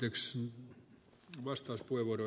arvoisa puhemies